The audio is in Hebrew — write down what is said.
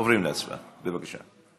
עוברים להצבעה, בבקשה.